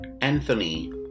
Anthony